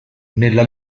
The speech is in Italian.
nella